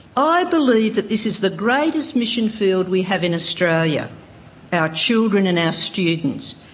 i believe that this is the greatest mission field we have in australia our children and our students.